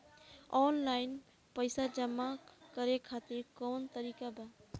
Online पइसा जमा करे खातिर कवन तरीका बा?